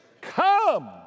come